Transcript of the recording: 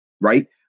right